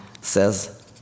says